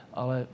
ale